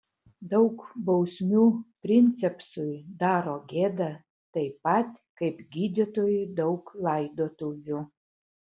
daug bausmių princepsui daro gėdą taip pat kaip gydytojui daug laidotuvių